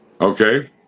Okay